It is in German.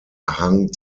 hang